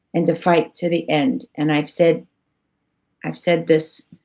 and to fight to the end. and i've said i've said this,